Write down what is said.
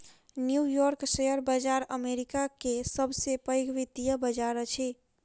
new York share बाजार America के सब से पैघ वित्तीय बाजार अछि